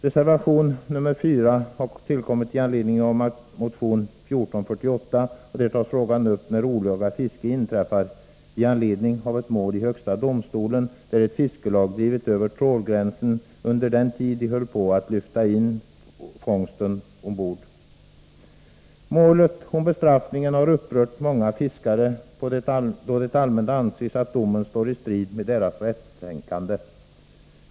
Reservationen nr 4 har tillkommit med anledning av motion 1448, som tar upp frågan om när olaga fiske inträffar. Motionen har väckts med anledning av ett mål i högsta domstolen. Målet gällde ett fiskelag, som hade drivit över trålgränsen under den tid som man höll på att lyfta ombord sin fångst. Målet om bestraffningen har upprört många fiskare, då det allmänt anses att domen står i strid mot deras rättstänkande.